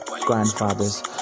grandfathers